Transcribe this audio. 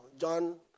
John